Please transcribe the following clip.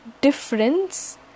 difference